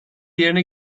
yerine